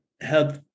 help